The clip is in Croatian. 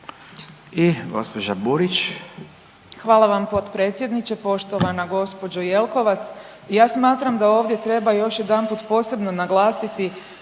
Majda (HDZ)** Hvala vam potpredsjedniče. Poštovana gđo. Jelkovac, ja smatram da ovdje treba još jedanput posebno naglasiti